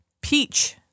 peach